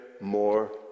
more